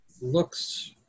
looks